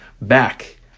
back